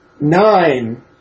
Nine